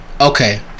Okay